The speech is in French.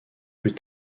plus